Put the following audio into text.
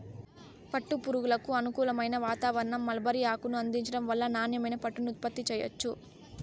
పట్టు పురుగులకు అనుకూలమైన వాతావారణం, మల్బరీ ఆకును అందించటం వల్ల నాణ్యమైన పట్టుని ఉత్పత్తి చెయ్యొచ్చు